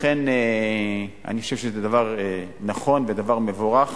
לכן, אני חושב שזה דבר נכון, זה דבר מבורך